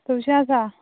तवशीं आसा